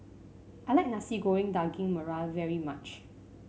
I like Nasi Goreng Daging Merah very much